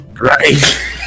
Right